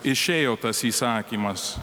išėjo tas įsakymas